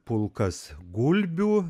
pulkas gulbių